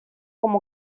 como